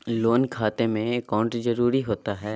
Loan खाते में account जरूरी होता है?